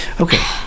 Okay